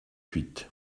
huit